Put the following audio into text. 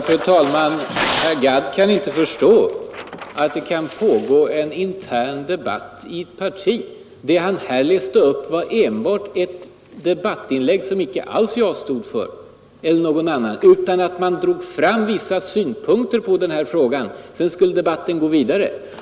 Fru talman! Herr Gadd kan inte förstå att det kan pågå en intern debatt i ett parti. Det han här läste upp var enbart ett debattinlägg, som inte alls jag — eller någon annan — stod för. Man drog fram vissa synpunkter på den här frågan, och sedan skulle debatten gå vidare.